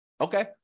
Okay